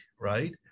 right